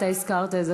אתה הזכרת את זה,